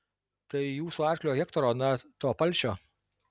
tai jūsų arklio hektoro na to palšio